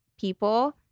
people